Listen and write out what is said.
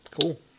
Cool